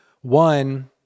One